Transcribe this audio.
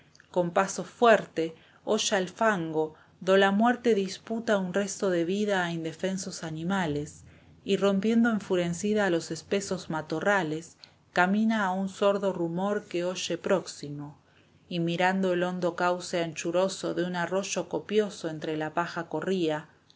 con paso fuerte huella el fango do la muerte disputa un resto de vida a indefensos animales y rompiendo enfurecida los espesos matorrales esteban echevekría camina a un sordo rumor que oye próximo y mirando el hondo cauce anchuroso de un arroyo que copioso entre la paja corría